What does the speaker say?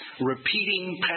Repeating